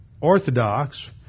orthodox